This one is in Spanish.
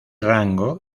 rango